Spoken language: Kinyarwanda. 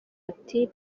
ati